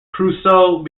crusoe